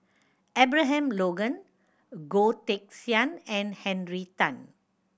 Abraham Logan Goh Teck Sian and Henry Tan